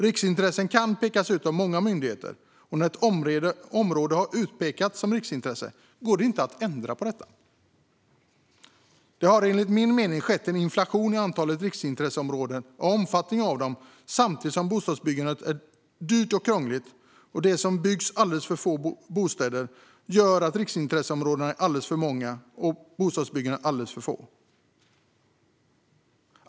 Riksintressen kan pekas ut av många myndigheter, och när ett område har utpekats som riksintresse går det inte att ändra på detta. Det har enligt min mening skett en inflation i antalet riksintresseområden och omfattningen av dem samtidigt som bostadsbyggandet är dyrt och krångligt och det byggs alldeles för få bostäder. Riksintresseområdena är alldeles för många och bostadsbyggandet alldeles för litet.